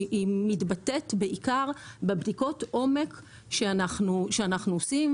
היא מתבטאת בעיקר בבדיקות עומק שאנחנו עושים,